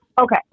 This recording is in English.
Okay